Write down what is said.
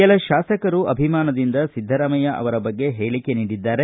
ಕೆಲ ಶಾಸಕರು ಅಭಿಮಾನದಿಂದ ಸಿದ್ದರಾಮಯ್ಯ ಅವರ ಬಗ್ಗೆ ಹೇಳಕೆ ನೀಡಿದ್ದಾರೆ